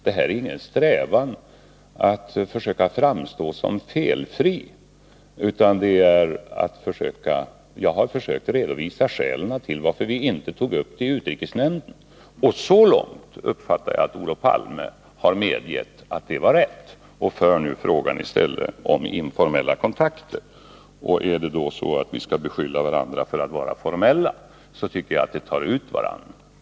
Jag har inte strävat efter att försöka framstå som felfri, utan jag har försökt redovisa skälen till att vi inte tog upp frågan i utrikesnämnden. Och jag uppfattar Olof Palmes inlägg så, att han medger att detta var rätt; nu talar han i stället om informella kontakter. Skall vi beskylla varandra för att vara formella, tycker jag att detta tar ut vartannat.